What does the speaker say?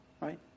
right